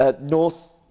north